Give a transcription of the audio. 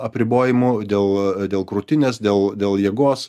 apribojimų dėl dėl krūtinės dėl dėl jėgos